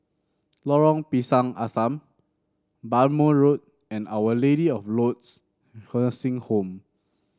Lorong Pisang Asam Bhamo Road and Our Lady of Lourdes Nursing Home